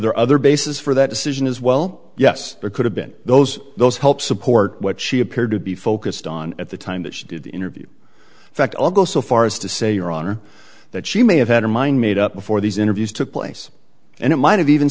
there are other bases for that decision as well yes there could have been those those help support what she appeared to be focused on at the time that she did interview fact i'll go so far as to say your honor that she may have had her mind made up before these interviews took place and it might have even